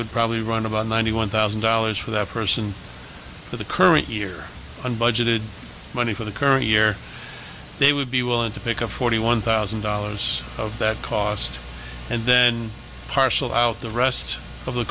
would probably run about ninety one thousand dollars for that person for the current year and budgeted money for the current year they would be willing to pick up forty one thousand dollars of that cost and then parcel out the rest of the